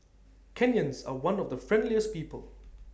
Kenyans are one of the friendliest people